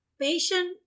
Patient